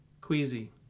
queasy